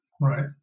Right